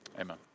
amen